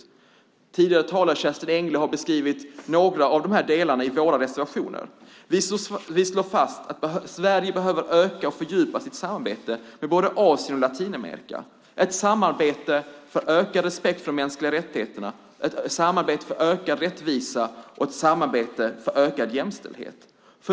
Den tidigare talaren Kerstin Engle har beskrivit några av de här delarna i våra reservationer. Vi slår fast att Sverige behöver öka och fördjupa sitt samarbete med både Asien och Latinamerika så att det blir ett samarbete för ökad respekt för de mänskliga rättigheterna, ett samarbete för rättvisa och ett samarbete för ökad jämställdhet.